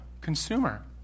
consumer